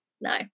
no